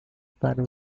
para